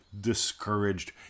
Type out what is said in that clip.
discouraged